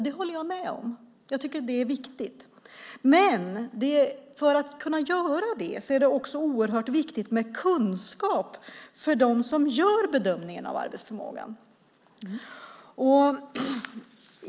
Det håller jag med om, jag tycker att det är viktigt, men för att kunna göra det är det oerhört viktigt med kunskap hos dem som gör bedömningen av arbetsförmågan.